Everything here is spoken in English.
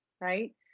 right